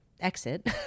exit